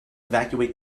evacuate